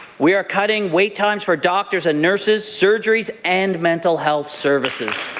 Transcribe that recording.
we are cutting wait times for doctors and nurses, surgeries, and mental health services.